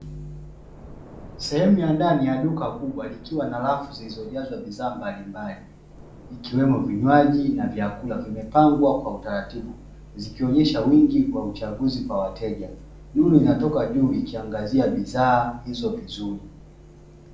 Sehemu ya ndani ya duka kubwa likiwa a rafu zilizojazwa bidhaa mbalimbali, ikiwemo vinywaji na vyakula vimepangwa kwa utaratibu zikionyesha wingi wa uchaguzi kwa wateja. Nuru inatoka juu likiangazia bidhaa hizo vizuri.